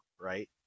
right